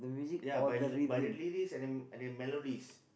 ya but but the but the lyrics and and the melodies